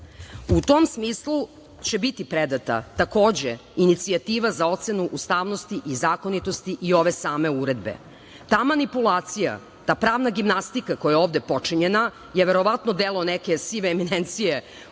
tom smislu će biti predata, takođe, inicijativa za ocenu ustavnosti i zakonitosti i ove same Uredbe. Ta manipulacija, ta pravna gimnastika koja je ovde počinjena je verovatno delo neke sive eminencije